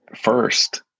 First